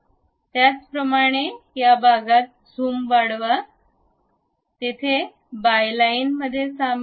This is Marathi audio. त्याचप्रमाणे या भागात झूम वाढवा तेथे बायलाईन मध्ये सामील व्हा